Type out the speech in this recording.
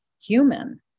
human